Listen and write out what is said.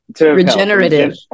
Regenerative